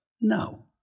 No